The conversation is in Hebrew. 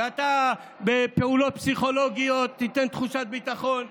ואתה, בפעולות פסיכולוגיות תיתן תחושת ביטחון.